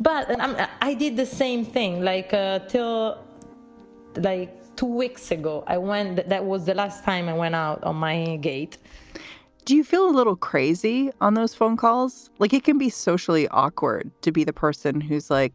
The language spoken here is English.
but and then i did the same thing like. ah till the day two weeks ago, i went. that that was the last time i went out on my gate do you feel a little crazy on those phone calls? like it can be socially awkward to be the person who's like,